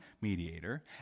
mediator